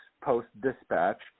Post-Dispatch